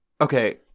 Okay